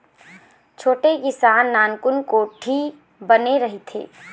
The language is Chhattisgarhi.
छोटे किसान घर नानकुन कोठी बने रहिथे